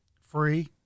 Free